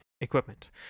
equipment